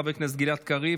חבר הכנסת גלעד קריב,